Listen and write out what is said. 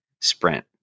sprint